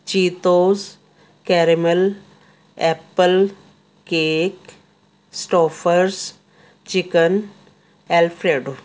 ਜੀਤੋਜ caramel apple cake Stouffer's chicken alfredo